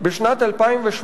בשנת 2008,